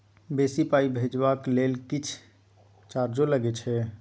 बेसी पाई भेजबाक लेल किछ चार्जो लागे छै?